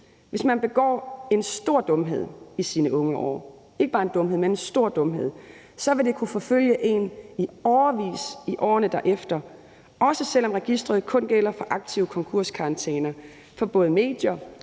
dumhed, men en stor dumhed – vil det kunne forfølge en i årevis derefter, også selv om registeret kun gælder for aktive konkurskarantæner, for både medier